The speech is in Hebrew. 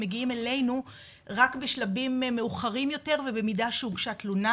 הם מגיעים אלינו רק בשלבים מתקדמים יותר ובמידה והוגשה תלונה,